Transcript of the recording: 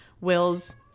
Will's